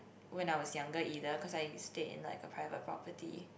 when I was younger either cause I stay in like a private property